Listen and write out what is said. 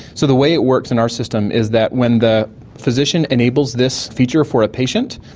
so the way it works in our system is that when the physician enables this feature for a patient,